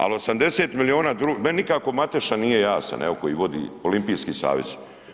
Ali 80 milijuna, meni nikako Mateša nije jasan evo, koji vodi Olimpijski savez.